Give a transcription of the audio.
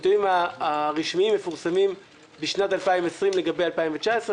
הנתונים הרשמיים מפורסמים בשנת 2020 לגבי 2019,